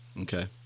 Okay